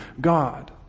God